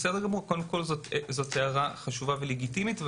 זאת הערה חשובה ולגיטימית.